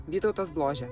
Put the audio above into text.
vytautas bložė